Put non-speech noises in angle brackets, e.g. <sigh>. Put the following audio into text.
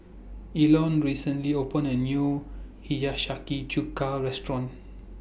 Ilona recently opened A New Hiyashi <unintelligible> Chuka Restaurant